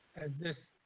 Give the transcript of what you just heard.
at this